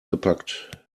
gepackt